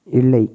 இல்லை